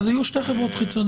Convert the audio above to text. אז יהיו שתי חברות חיצוניות.